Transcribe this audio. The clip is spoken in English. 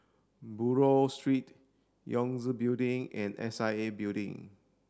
Buroh Street Yangtze Building and S I A Building